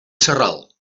sarral